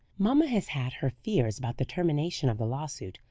mamma has had her fears about the termination of the lawsuit,